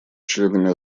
членами